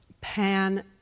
Pan